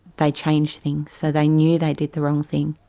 they changed things. so they knew they did the wrong thing.